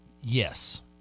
Yes